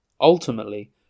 Ultimately